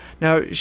Now